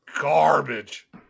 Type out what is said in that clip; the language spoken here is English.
garbage